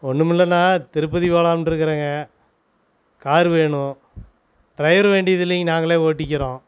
ஒன்றுமில்லண்ணா திருப்பதி போலான்னுருக்கிறேங்க கார் வேணும் டிரைவர் வேண்டியதில்லைங்க நாங்களே ஓட்டிக்கிறோம்